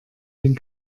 den